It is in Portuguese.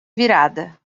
virada